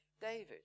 David